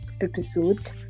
episode